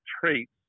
traits